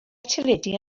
teledu